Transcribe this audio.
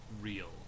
real